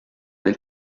del